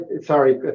sorry